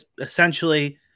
essentially